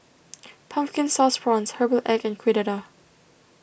Pumpkin Sauce Prawns Herbal Egg and Kueh Dadar